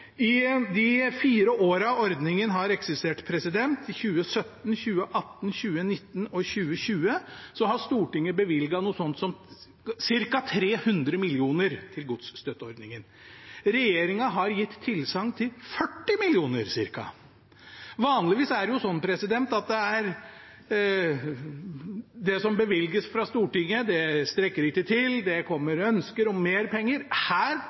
I de fire årene ordningen har eksistert, i 2017, 2018, 2019 og 2020, har Stortinget bevilget ca. 300 mill. kr til godsstøtteordningen. Regjeringen har gitt tilsagn om ca. 40 mill. kr. Vanligvis er det sånn at det som bevilges fra Stortinget, ikke strekker til, og det kommer ønsker om mer penger. Her